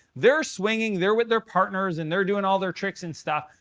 they're swinging. they're with their partners. and they're doing all their tricks and stuff.